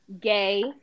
gay